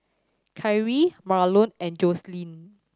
Kyrie Marlon and Jocelyn